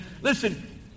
Listen